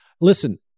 Listen